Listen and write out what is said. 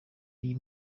iyi